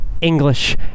English